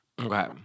Okay